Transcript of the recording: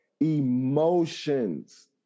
Emotions